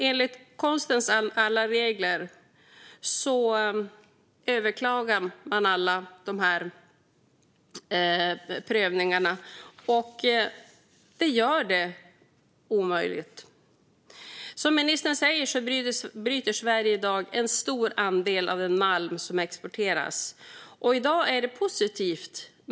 Enligt konstens alla regler överklagar man alla prövningarna, och det gör gruvbrytning omöjligt. Precis som näringsministern säger bryts i Sverige en stor andel av den malm som exporteras. I dag är det positivt.